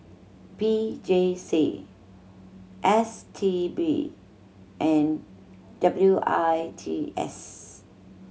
P J C S T B and W I T S